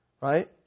right